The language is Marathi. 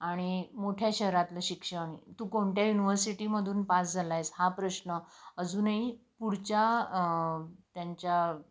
आणि मोठ्या शहरातलं शिक्षण तू कोणत्या युनिव्हर्सिटीमधून पास झाला आहेस हा प्रश्न अजूनही पुढच्या त्यांच्या